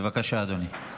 בבקשה, אדוני.